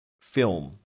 film